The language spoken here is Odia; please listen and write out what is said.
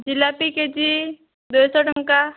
ଜିଲାପି କେଜି ଦୁଇଶହ ଟଙ୍କା